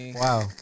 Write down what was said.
wow